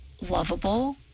lovable